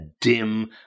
dim